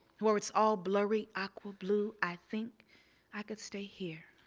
where it's all blurry aqua blue, i think i could stay here,